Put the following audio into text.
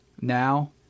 now